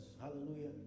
Hallelujah